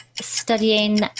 studying